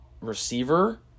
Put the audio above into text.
receiver